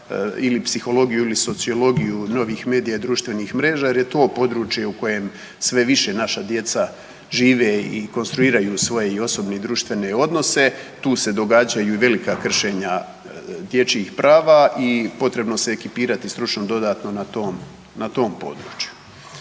ili za psihologiju ili sociologiju novih medija društvenih mreža jer je to područje u kojem sve više naša djeca žive i konstruiraju svoje osobne i društvene odnose. Tu se događaju velika kršenja dječjih prava i potrebno se ekipirati stručno dodatno na tom području.